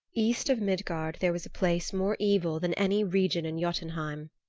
east of midgard there was a place more evil than any region in jotunheim.